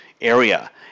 area